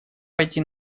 пойти